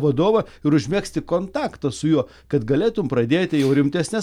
vadovą ir užmegzti kontaktą su juo kad galėtum pradėti jau rimtesnes